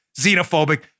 xenophobic